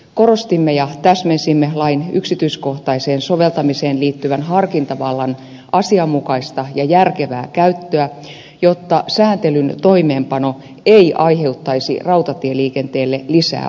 korostimme ja täsmensimme lain yksityiskohtaiseen soveltamiseen liittyvän harkintavallan asianmukaista ja järkevää käyttöä jotta säätelyn toimeenpano ei aiheuttaisi rautatieliikenteelle lisää ongelmia